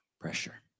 Pressure